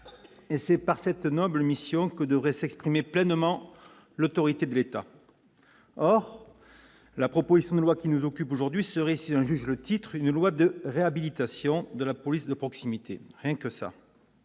de cette noble mission que devrait s'exprimer pleinement l'autorité de l'État. Or la proposition de loi qui nous occupe aujourd'hui serait, si j'en juge par son titre, une loi de « réhabilitation » de la police de proximité ; rien que